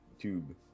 Tube